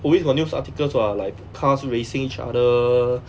always got news articles what like cars racing each other